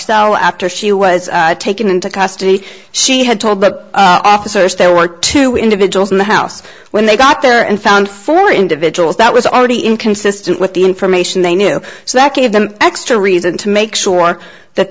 style after she was taken into custody she had told the officers there were two individuals in the house when they got there and found four individuals that was already inconsistent with the information they knew second if the extra reason to make sure that